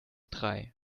drei